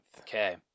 Okay